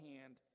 hand